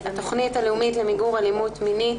את התכנית הלאומית למיגור אלימות מינית,